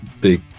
big